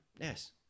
Yes